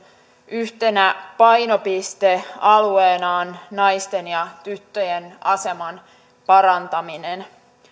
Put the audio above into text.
yhtenä painopistealueena on naisten ja tyttöjen aseman parantaminen